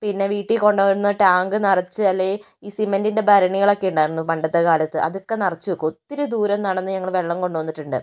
പിന്നെ വീട്ടിൽ കൊണ്ടുവന്ന് ടാങ്ക് നിറച്ച് അല്ലേ ഈ സിമെൻറ്റിൻ്റെ ഭരണികളൊക്കെ ഉണ്ടായിരുന്നു പണ്ടത്തെ കാലത്ത് അതൊക്കെ നിറച്ച് വെക്കും ഒത്തിരി ദൂരം നടന്ന് ഞങ്ങള് വെള്ളം കൊണ്ടുവന്നിട്ടുണ്ട്